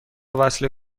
وصله